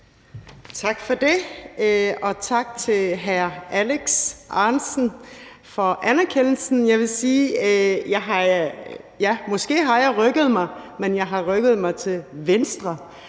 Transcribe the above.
Tak for det, og tak til hr. Alex Ahrendtsen for anerkendelsen. Jeg vil sige: Ja, måske har jeg rykket mig, men jeg har rykket mig til venstre,